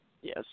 Yes